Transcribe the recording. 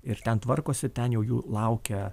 ir ten tvarkosi ten jau jų laukia